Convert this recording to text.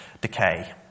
decay